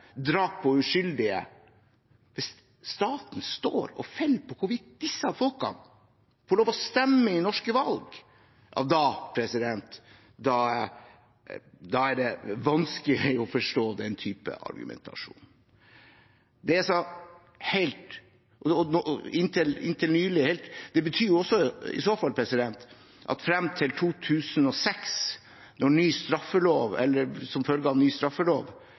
drap, ødeleggelser, destruktive handlinger, anslag mot samfunnet og drap på uskyldige, får lov til å stemme i norske valg, at staten står og faller på om disse folkene får stemme i norske valg. Det er vanskelig å forstå den type argumentasjon. Isåfall betyr det jo også at frem til 2006 – som følge av ny straffelov